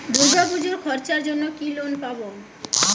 দূর্গাপুজোর খরচার জন্য কি লোন পাব?